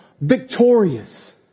victorious